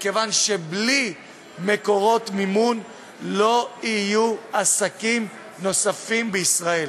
כיוון שבלי מקורות מימון לא יהיו עסקים נוספים בישראל.